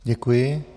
Děkuji.